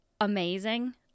amazing